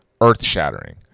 earth-shattering